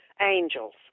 angels